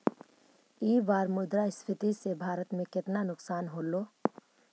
ई बार मुद्रास्फीति से भारत में केतना नुकसान होलो